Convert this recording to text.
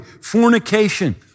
fornication